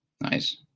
Nice